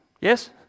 Yes